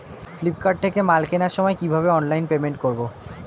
Flipkart থেকে মাল কেনার সময় কিভাবে অনলাইনে পেমেন্ট করব?